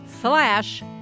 slash